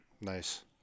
Nice